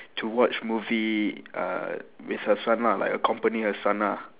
to watch movie uh with her son lah like accompany her son lah